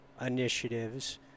initiatives